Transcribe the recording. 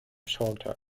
shorter